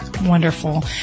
Wonderful